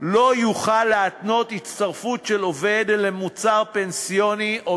לא יוכל להתנות הצטרפות של עובד למוצר פנסיוני או